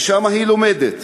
ושם היא לומדת.